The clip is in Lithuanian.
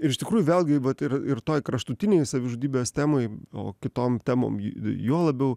ir iš tikrųjų vėlgi vat ir ir toj kraštutinėj savižudybės temoj o kitom temom juo labiau